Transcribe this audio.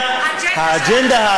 האג'נדה.